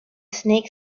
snake